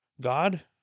God